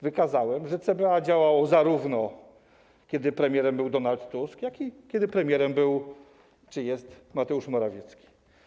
Wykazałem, że CBA działało zarówno wtedy, kiedy premierem był Donald Tusk, jak i wtedy, kiedy premierem był czy jest Mateusz Morawiecki.